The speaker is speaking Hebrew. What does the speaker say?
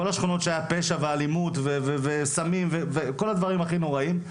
כל השכונות של הפשע והאלימות וסמים וכל הדברים הכי נוראיים,